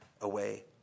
away